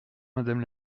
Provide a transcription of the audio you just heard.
madame